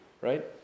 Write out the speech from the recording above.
Right